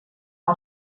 que